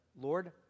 Lord